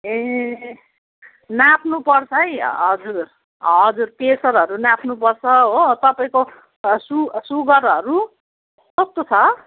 ए नाप्नुपर्छै हजुर हजुर प्रेसरहरू नाप्नुपर्छ हो तपईँको सु सुगरहरू कस्तो छ